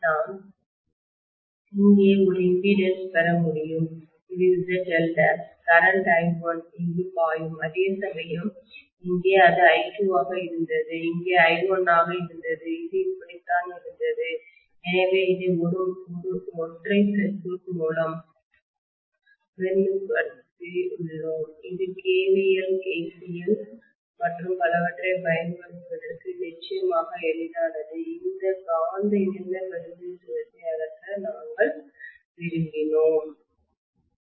நான் இங்கே ஒரு இம்பிடிடன்ஸ் பெற முடியும் இது ZL' கரெண்ட் I1 இங்கு பாயும் அதேசமயம் இங்கே அது I2 ஆக இருந்தது இங்கே I1 ஆக இருந்தது இது இப்படித்தான் இருந்தது எனவே இதை ஒரு ஒற்றை சர்க்யூட் மூலம் பிரதிநிதித்துவப்படுத்தியுள்ளோம் இது KVL KCL மற்றும் பலவற்றைப் பயன்படுத்துவதற்கு நிச்சயமாக எளிதானது இந்த காந்த இணைந்த பிரதிநிதித்துவத்தை அகற்ற நாங்கள் விரும்பினோம்